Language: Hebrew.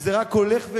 כשזה רק הולך וגואה,